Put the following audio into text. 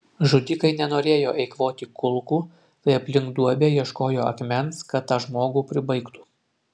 žudikai nenorėjo eikvoti kulkų tai aplink duobę ieškojo akmens kad tą žmogų pribaigtų